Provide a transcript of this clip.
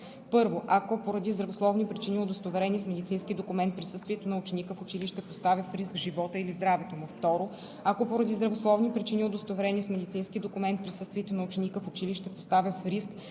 1. ако поради здравословни причини, удостоверени с медицински документ, присъствието на ученика в училище поставя в риск живота или здравето му; 2. ако поради здравословни причини, удостоверени с медицински документ, присъствието на ученика в училище поставя в риск